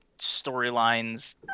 storylines